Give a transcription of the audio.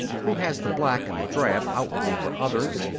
who has the black and the drab outwardly for others,